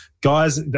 guys